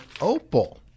Opal